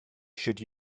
should